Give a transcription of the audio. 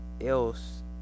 else